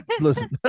listen